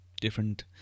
different